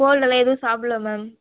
கோல்டால் எதுவும் சாப்பிட்ல மேம்